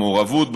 במעורבות,